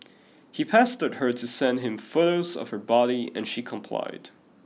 he pestered her to send him photos of her body and she complied